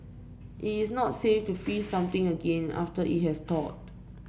it is not safe to freeze something again after it has thawed